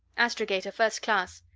astrogator first class.